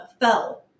fell